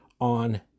on